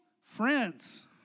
Friends